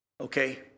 okay